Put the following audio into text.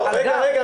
רגע,